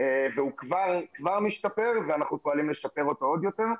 והוא כבר משתפר ואנחנו פועלים לשפר אותו עוד יותר,